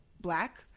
black